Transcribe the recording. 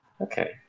Okay